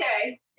Okay